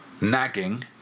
nagging